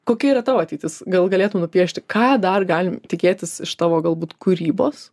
kokia yra tavo ateitis gal galėtum nupiešti ką dar galim tikėtis iš tavo galbūt kūrybos